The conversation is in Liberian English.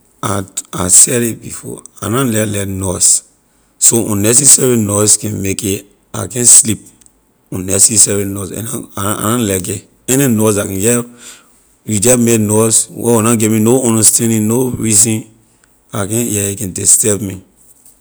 I I said it before I na like like noise so unnecessary noise can make it I can’t sleep unnecessary noise a na I na I na like it any noise la can jeh you jeh make noise where will na give me no understanding no reason I can’t hear it a can disturb me.